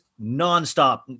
nonstop